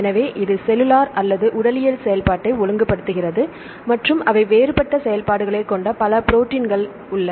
எனவே இது செல்லுலார் அல்லது உடலியல் செயல்பாட்டை ஒழுங்குபடுத்துகிறது மற்றும் அவை வேறுபட்ட செயல்பாடுகளைக் கொண்ட பல ப்ரோடீன்கள் உள்ள